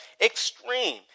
extreme